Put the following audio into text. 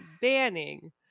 banning